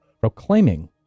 proclaiming